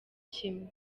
kimwe